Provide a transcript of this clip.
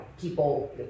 people